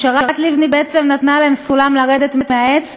פשרת לבני בעצם נתנה להם סולם לרדת מהעץ,